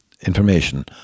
information